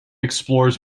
explores